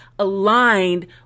aligned